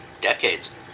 decades